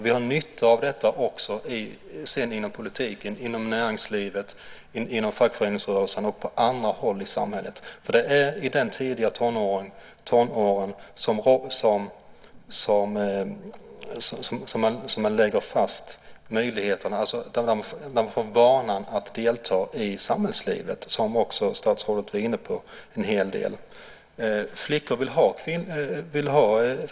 Vi har nytta av det också inom politiken, inom näringslivet, inom fackföreningsrörelsen och på andra håll i samhället. Det är i de tidiga tonåren som man lägger fast möjligheterna. På det här sättet får man vanan att delta i samhällslivet en hel del, vilket också statsrådet var inne på.